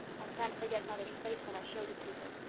i can't forget mother's face when i showed it to her.